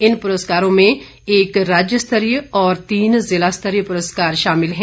इन पुरस्कारों में एक राज्य स्तरीय और तीन जिला स्तरीय पुरस्कार शामिल है